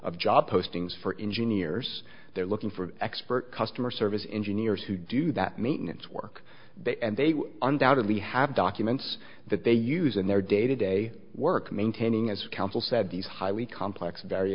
of job postings for engineers they're looking for expert customer service in juniors who do that maintenance work and they will undoubtedly have documents that they use in their day to day work maintaining as counsel said these highly complex very